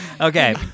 Okay